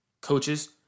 coaches